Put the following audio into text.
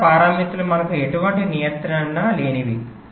ఇతర పారామితులు మనకు ఎటువంటి నియంత్రణ లేనివి